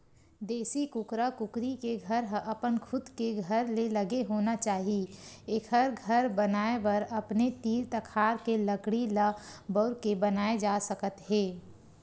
देसी कुकरा कुकरी के घर ह अपन खुद के घर ले लगे होना चाही एखर घर बनाए बर अपने तीर तखार के लकड़ी ल बउर के बनाए जा सकत हे